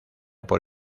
por